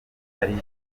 ari